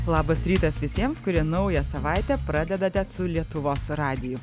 labas rytas visiems kurie naują savaitę pradedate su lietuvos radiju